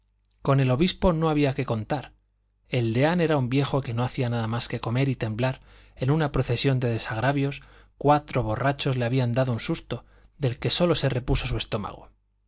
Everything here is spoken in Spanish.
con el obispo no había que contar el deán era un viejo que no hacía más que comer y temblar en una procesión de desagravios cuatro borrachos le habían dado un susto del que sólo se repuso su estómago